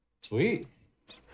Sweet